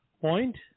point